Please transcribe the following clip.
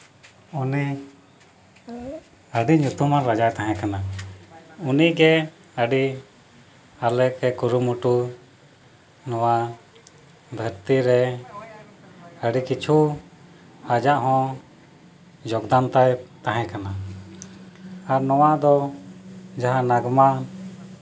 ᱩᱱᱤ ᱟᱹᱰᱤ ᱧᱩᱛᱩᱢᱟᱱ ᱨᱟᱡᱟᱭ ᱛᱟᱦᱮᱸ ᱠᱟᱱᱟ ᱩᱱᱤᱜᱮ ᱟᱹᱰᱤ ᱦᱟᱞᱮᱜᱮ ᱠᱩᱨᱩᱢᱩᱴᱩ ᱱᱚᱣᱟ ᱫᱷᱟᱹᱨᱛᱤ ᱨᱮ ᱟᱹᱰᱤ ᱠᱤᱪᱷᱩ ᱟᱭᱟᱜ ᱦᱚᱸ ᱡᱟᱢᱛᱟᱭ ᱛᱟᱭ ᱛᱟᱦᱮᱸ ᱠᱟᱱᱟ ᱟᱨ ᱱᱚᱣᱟ ᱫᱚ ᱡᱟᱦᱟᱸ ᱱᱚᱨᱢᱟᱞ